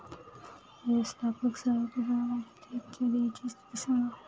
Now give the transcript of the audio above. व्यवस्थापक साहेब कृपया माझ्या चेकच्या देयची स्थिती सांगा